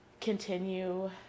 continue